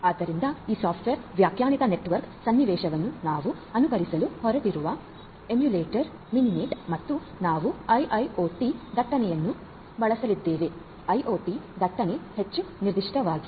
ಆದ್ದರಿಂದ ಈ ಸಾಫ್ಟ್ವೇರ್ ವ್ಯಾಖ್ಯಾನಿತ ನೆಟ್ವರ್ಕ್ ಸನ್ನಿವೇಶವನ್ನು ನಾವು ಅನುಕರಿಸಲು ಹೊರಟಿರುವ ಎಮ್ಯುಲೇಟರ್ ಮಿನಿನೆಟ್ ಮತ್ತು ನಾವು IIoT ದಟ್ಟಣೆಯನ್ನು ಬಳಸಲಿದ್ದೇವೆ ಐಒಟಿ ದಟ್ಟಣೆ ಹೆಚ್ಚು ನಿರ್ದಿಷ್ಟವಾಗಿ